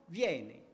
viene